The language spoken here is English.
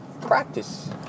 practice